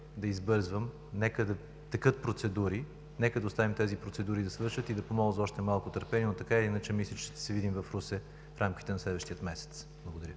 да избързвам – текат процедури, нека оставим тези процедури да свършат и да Ви помоля за още малко търпение, но така или иначе мисля, че ще се видим в Русе в рамките на следващия месец. Благодаря